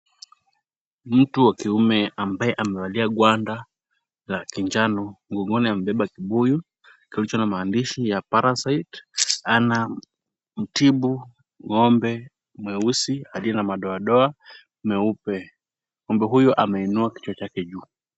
Mtu wa kiume ambaye amevalia gwanda la kinjano, mgongoni amebeba kibuyu kilicho na maandishi ya parasite , anamtibu ng'ombe mweusi aliye na madoadoa meupe. Ng'ombe huyu ameinua kichwa chake juu.